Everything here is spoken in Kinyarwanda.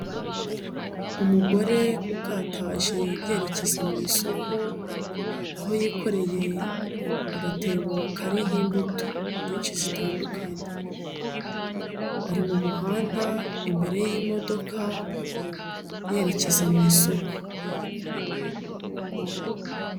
Umugore ukataje yerekeza mu isoko, aho yikoreye agatebo kariho imbuto nyinshi zitandukanye, ari mu muhanda imbere y'imodoka yerekeza mu isoko.